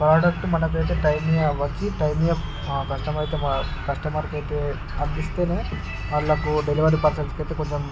product మనకైతే time వచ్చి time customer కస్టమరకయితే అందిస్తేనే వాళ్ళకు డెలివరీ పర్సెన్స్కయితే కొంచెం